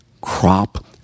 crop